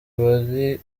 bari